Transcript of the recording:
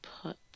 put